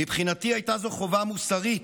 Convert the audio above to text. מבחינתי הייתה זו חובה מוסרית,